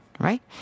right